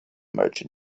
merchant